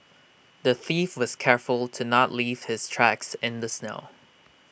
the thief was careful to not leave his tracks in the snow